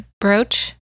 brooch